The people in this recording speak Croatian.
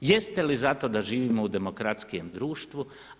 Jeste li za to da živimo u demokratskijem društvu?